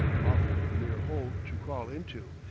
often a mere hole to crawl into,